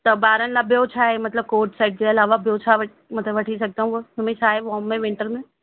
त ॿारनि लाइ ॿियो छा आहे मतिलब कोट शर्ट जे अलावा ॿियो छा वठ मतिलब वठी सघंदा आहियूं हुनमें छा आहे वॉर्म में विंटर में